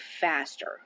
faster